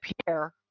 appear